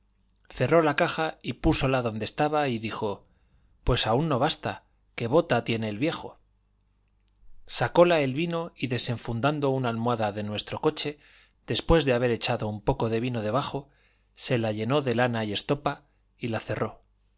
cerró la caja y púsola donde estaba y dijo pues aún no basta que bota tiene el viejo sacóla el vino y desenfundando una almohada de nuestro coche después de haber echado un poco de vino debajo se la llenó de lana y estopa y la cerró